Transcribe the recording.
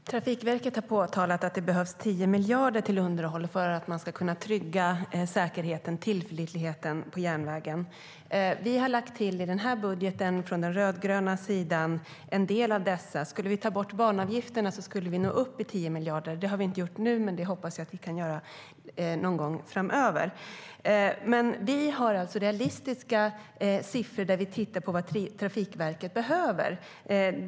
Trafikverket har påtalat att det behövs 10 miljarder till underhåll för att man ska kunna trygga säkerheten och tillförlitligheten på järnvägen. Vi har i budgeten från den rödgröna sidan lagt till en del av detta. Om vi tog bort banavgifterna skulle vi nå upp till 10 miljarder. Det har vi inte gjort nu, men det hoppas jag att vi kan göra någon gång framöver. Vi har alltså realistiska siffror när vi tittar på vad Trafikverket behöver.